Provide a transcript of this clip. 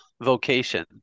vocation